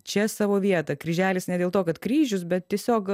čia savo vietą kryželis ne dėl to kad kryžius bet tiesiog